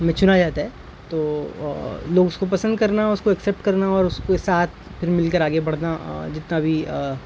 میں چنا جاتا ہے تو لوگ اس کو پسند کرنا اس کو ایکسیپٹ کرنا اور اس کو ساتھ پھر مل کر آگے بڑھنا جتنا بھی